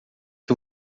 que